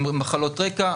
עם מחלות רקע,